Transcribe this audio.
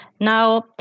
Now